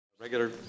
Regular